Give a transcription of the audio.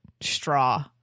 straw